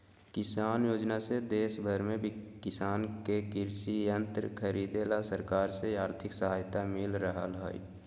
किसान योजना से देश भर के किसान के कृषि यंत्र खरीदे ला सरकार से आर्थिक सहायता मिल रहल हई